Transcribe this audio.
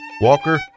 Walker